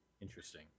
interesting